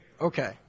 Okay